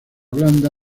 blanda